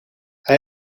hij